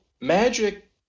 Magic